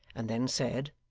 and then said,